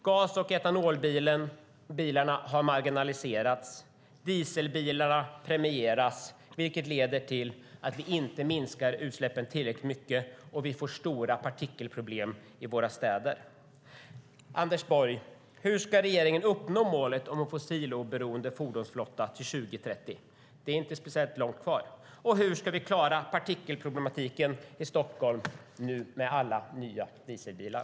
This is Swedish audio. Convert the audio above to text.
Gas och etanolbilarna har marginaliserats. Dieselbilarna premieras. Detta leder till att vi inte minskar utsläppen tillräckligt mycket och att vi får stora partikelproblem i våra städer. Anders Borg, hur ska regeringen uppnå målet om en fossiloberoende fordonsflotta till 2030? Det är inte speciellt långt kvar. Och hur ska vi klara partikelproblematiken i Stockholm med alla nya dieselbilar?